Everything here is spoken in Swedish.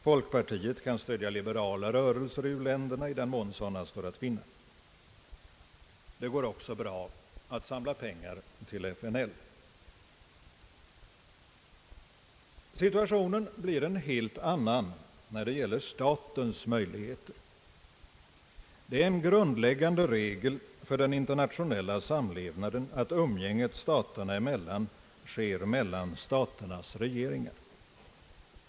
Folkpartiet kan stödja liberala rörelser i u-länderna, i den mån sådana står att finna. Det går också bra att samla pengar till FNL. Situationen blir en helt annan när det gäller statens möjligheter. Det är en grundläggande regel för den internationella samlevnaden att umgänget staterna emellan sker mellan staternas regeringar.